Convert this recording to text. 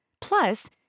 Plus